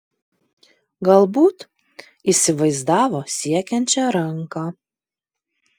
galbūt įsivaizdavo siekiančią ranką